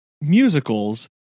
musicals